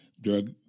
drug